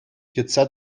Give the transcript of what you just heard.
йӑтса